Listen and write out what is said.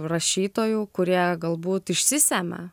rašytojų kurie galbūt išsisemia